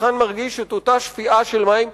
הצרכן מרגיש את אותה שפיעה של מים,